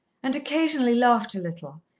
and occasionally laughed a little,